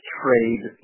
trade